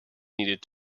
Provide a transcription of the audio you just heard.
needed